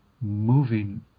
moving